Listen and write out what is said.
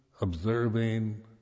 observing